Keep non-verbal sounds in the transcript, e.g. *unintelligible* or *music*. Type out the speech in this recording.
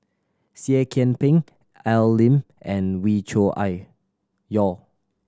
Seah Kian Peng Al Lim and Wee Cho *unintelligible* Yaw